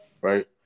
right